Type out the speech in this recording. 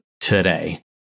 today